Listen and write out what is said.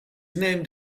named